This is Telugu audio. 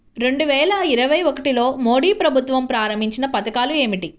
రెండు వేల ఇరవై ఒకటిలో మోడీ ప్రభుత్వం ప్రారంభించిన పథకాలు ఏమిటీ?